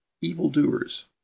evildoers